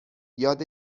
یاد